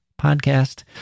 podcast